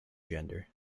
gender